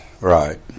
Right